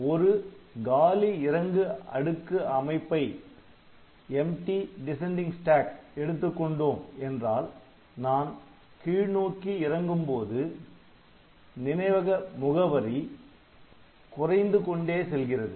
ஒரு காலி இறங்கு அடுக்கு அமைப்பை எடுத்துக்கொண்டோம் என்றால் நான் கீழ் நோக்கி இறங்கும் போது நினைவக முகவரி குறைந்து கொண்டே செல்கிறது